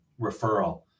referral